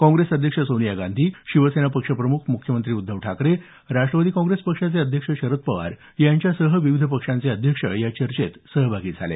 काँग्रेस अध्यक्ष सोनिया गांधी शिवसेना पक्षप्रमुख मुख्यमंत्री उद्धव ठाकरे राष्ट्रवादी काँग्रेस पक्षाचे अध्यक्ष शरद पवार यांच्यासह विविध पक्षांचे अध्यक्ष या चर्चेत सहभागी झाले